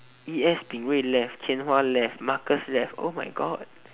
yes Ping-Wei left Tian-Hua left Marcus left oh my god